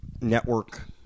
network